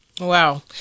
Wow